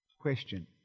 Question